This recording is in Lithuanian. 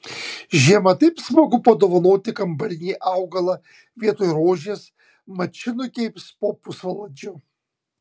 žiemą taip smagu padovanoti kambarinį augalą vietoj rožės mat ši nukeips po pusvalandžio